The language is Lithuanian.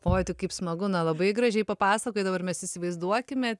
oi tai kaip smagu na labai gražiai papasakojai dabar mes įsivaizduokime